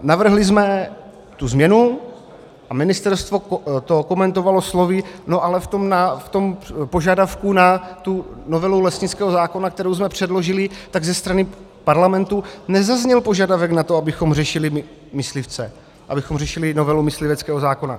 Navrhli jsme změnu a ministerstvo to komentovalo slovy: no ale v tom požadavku na tu novelu lesnického zákona, kterou jsme předložili, tak ze strany parlamentu nezazněl požadavek na to, abychom řešili myslivce, abychom řešili novelu mysliveckého zákona.